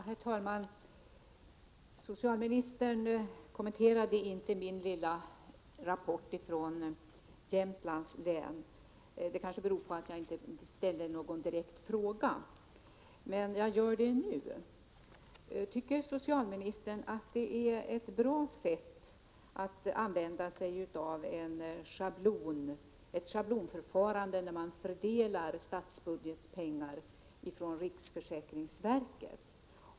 Herr talman! Socialministern kommenterade inte min lilla rapport från Jämtlands län. Det kanske beror på att jag inte ställde någon direkt fråga, men jag gör det nu: Tycker socialministern att det är bra att man använder sig av ett schablonförfarande när man fördelar statsbudgetpengar från riksförsäkringsverket?